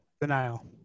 Denial